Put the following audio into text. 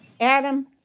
Adam